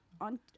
On